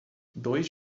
dois